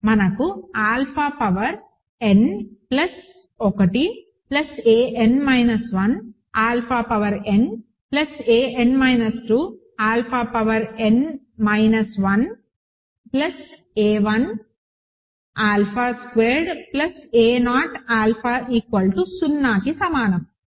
మనకు alpha power n plus 1 a n 1 alpha power n a n 2 alpha power n minus 1 a 1 alpha squared a0 alpha 0కి సమానం